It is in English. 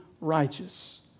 righteous